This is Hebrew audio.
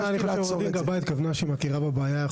עו"ד גבאי התכוונה לכך שאנחנו מכירים בבעיה.